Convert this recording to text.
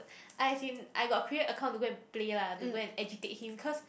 I as in I got create account to go and play lah to go and agitate him cause